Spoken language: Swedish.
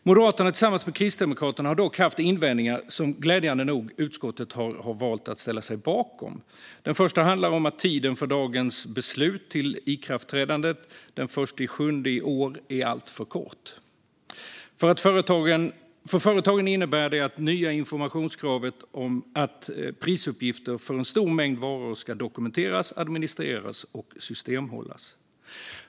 Moderaterna tillsammans med Kristdemokraterna har dock haft invändningar, som utskottet glädjande nog valt att ställa sig bakom. Den första handlar om att tiden från dagens beslut till ikraftträdandet den 1 juli i år är alltför kort. För företagen innebär det nya informationskravet att prisuppgifter för en stor mängd varor ska dokumenteras, administreras och systemhållas.